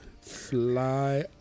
fly